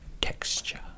texture